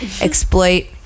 exploit